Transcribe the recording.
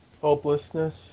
hopelessness